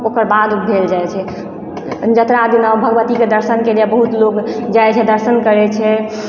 ओकर बाद भेल जाइ छै जतरा दिना भगवती के दर्शन के लिए बहुत लोग जाइ छै दर्शन करै छै